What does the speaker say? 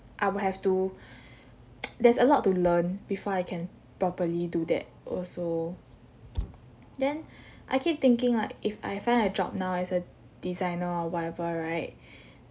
I will have to there's a lot to learn before I can properly do that also then I keep thinking like if I find a job now as a designer or whatever right